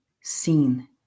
seen